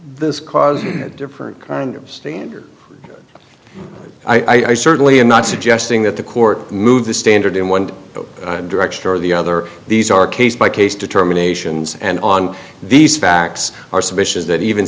this causing a different kind of standard i certainly am not suggesting that the court move the standard in one direction or the other these are case by case determinations and on these facts are sufficient that even